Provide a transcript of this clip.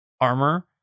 armor